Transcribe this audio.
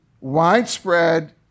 widespread